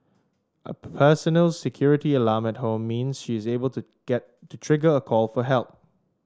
a personal security alarm at home means she is able to get to trigger a call for help